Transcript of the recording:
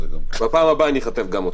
בפעם הבאה אכתב גם אותך.